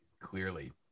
clearly